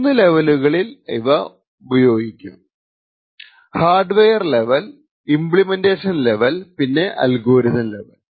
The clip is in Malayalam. മൂന്നു ലെവലുകളിൽ ഇവ പ്രയോഗിക്കാം hardware level implementation level പിന്നെ അൽഗോരിതം ലെവൽ